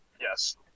Yes